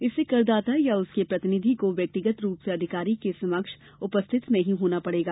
इससे करदाता या उसके प्रतिनिधि को व्यक्तिगत रूप से अधिकारी के समक्ष उपस्थिति नहीं होना पड़ेगा